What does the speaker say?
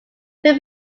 phil